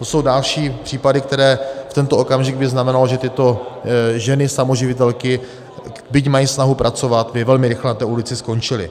To jsou další případy, které v tento okamžik by znamenaly, že tyto ženy samoživitelky, byť mají snahu pracovat, by velmi rychle na té ulici skončily.